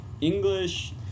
english